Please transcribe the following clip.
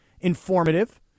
informative